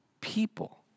people